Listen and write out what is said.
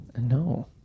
No